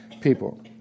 people